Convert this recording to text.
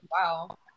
wow